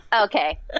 Okay